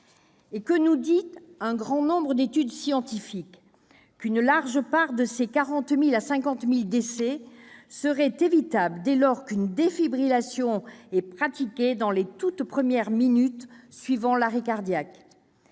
en 2017 ! Or un grand nombre d'études scientifiques nous dit qu'une large part de ces 40 000 à 50 000 décès serait évitable dès lors qu'une défibrillation serait pratiquée dans les toutes premières minutes suivant l'arrêt cardiaque.